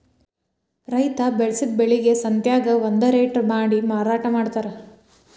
ರೈತಾ ಬೆಳಸಿದ ಬೆಳಿಗೆ ಸಂತ್ಯಾಗ ಒಂದ ರೇಟ ಮಾಡಿ ಮಾರಾಟಾ ಮಡ್ತಾರ